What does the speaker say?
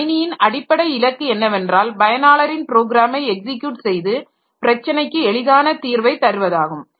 கணினியின் அடிப்படை இலக்கு என்னவென்றால் பயனாளரின் ப்ரோக்ராமை எக்ஸிக்யூட் செய்து பிரச்சனைக்கு எளிதான தீர்வை தருவதாகும்